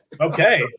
Okay